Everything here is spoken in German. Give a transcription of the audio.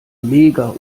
mega